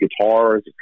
guitars